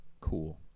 cool